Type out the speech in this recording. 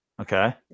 Okay